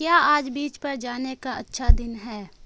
کیا آج بیچ پر جانے کا اچھا دن ہے